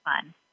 fun